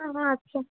হ্যাঁ হ্যাঁ আচ্ছা